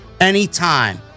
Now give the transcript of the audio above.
anytime